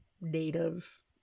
Native